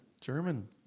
German